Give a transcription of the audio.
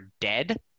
dead